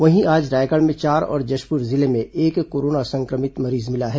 वहीं आज रायगढ़ में चार और जशपुर जिले में एक कोरोना संक्रमित मरीज मिला है